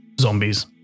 Zombies